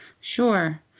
Sure